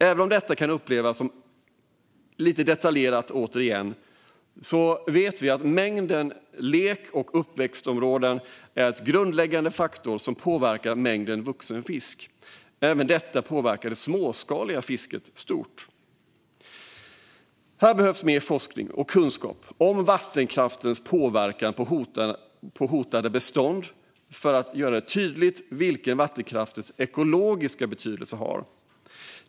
Även om detta som sagt kan upplevas som lite detaljerat vet vi att mängden lek och uppväxtområden är en grundläggande faktor som påverkar mängden vuxen fisk, och detta påverkar även det småskaliga fisket stort. Det behövs mer forskning och kunskap om vattenkraftens påverkan på hotade bestånd för att tydliggöra vattenkraftens ekologiska betydelse.